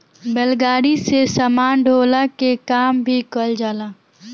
बैलगाड़ी से सामान ढोअला के काम भी कईल जाला